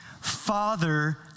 father